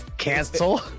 cancel